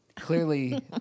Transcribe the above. Clearly